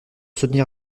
soutenir